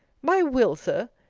my will, sir!